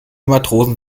matrosen